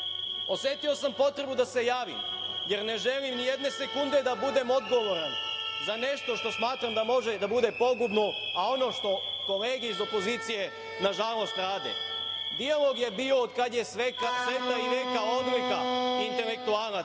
dobro. Osetio sam potrebu da se javim, jer ne želim ni jednog sekunda da budem odgovoran za nešto što smatram da može da bude pogubno, a ono što kolege iz opozicije, na žalost rade. Dijalog je bio od kad je sveta i veka od veka, intelektualaca.